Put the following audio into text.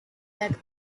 that